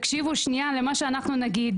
תקשיבו שנייה למה שנגיד,